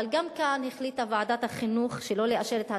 אבל גם כאן החליטה ועדת החינוך שלא לאשר את ההצעה,